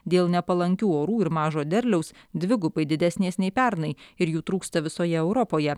dėl nepalankių orų ir mažo derliaus dvigubai didesnės nei pernai ir jų trūksta visoje europoje